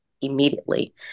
immediately